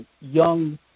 young